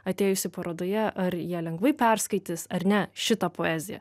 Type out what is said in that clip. atėjusi parodoje ar jie lengvai perskaitys ar ne šitą poeziją